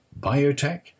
biotech